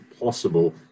possible